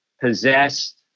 possessed